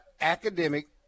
academic